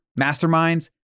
masterminds